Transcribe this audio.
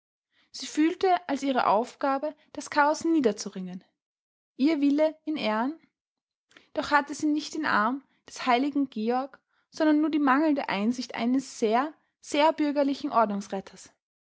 sie fühlte als ihre aufgabe das chaos niederzuringen ihr wille in ehren doch hatte sie nicht den arm des heiligen georg sondern nur die mangelnde einsicht eines sehr sehr bürgerlichen